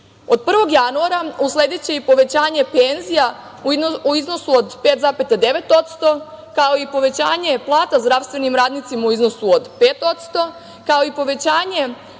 6%.Od 1. januara, uslediće i povećanje penzija u iznosu od 5,9% kao i povećanje plata zdravstvenim radnicima u iznosima od 5%, kao i povećanje